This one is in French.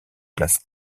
place